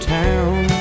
town